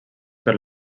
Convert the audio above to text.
per